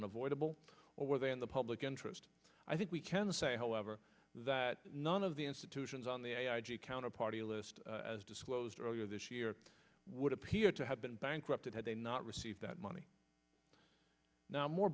unavoidable or were they in the public interest i think we can say however that none of the institutions on the i g counterparty list as disclosed earlier this year would appear to have been bankrupted had they not received that money now more